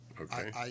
Okay